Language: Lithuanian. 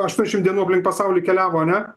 aštuoniasdešim dienų aplink pasaulį keliavo ane